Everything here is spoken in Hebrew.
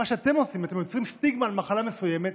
במה שאתם עושים אתם יוצרים סטיגמה על מחלה מסוימת